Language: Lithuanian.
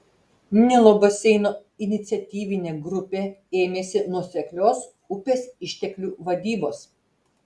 nilo baseino iniciatyvinė grupė ėmėsi nuoseklios upės išteklių vadybos